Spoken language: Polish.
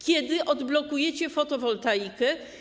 Kiedy odblokujecie fotowoltaikę?